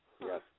Yes